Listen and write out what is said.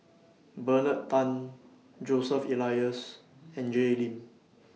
Bernard Tan Joseph Elias and Jay Lim